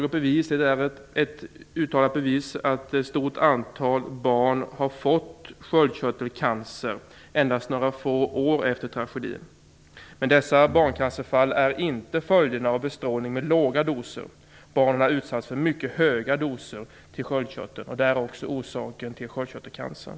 Det finns ett uttalat bevis för att ett stort antal barn har fått sköldkörtelcancer endast några få år efter tragedin. Men dessa barncancerfall är inte följden av bestrålning med låga doser. Barnen har utsatts för mycket höga doser till sköldkörteln. Där har vi orsaken till sköldkörtelcancern.